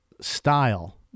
style